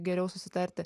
geriau susitarti